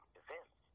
events